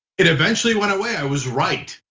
it eventually went away, i was right.